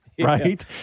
Right